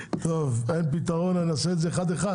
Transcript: אם אין פתרון אז אני אעשה את זה אחד-אחד.